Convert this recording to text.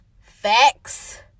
Facts